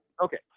Okay